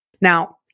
Now